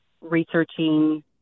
researching